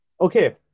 Okay